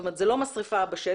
זאת אומרת זה לא משרפה בשטח.